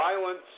violence